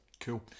Cool